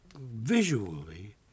visually